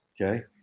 Okay